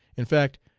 in fact,